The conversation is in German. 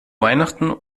weihnachten